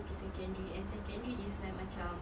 to secondary and secondary is like macam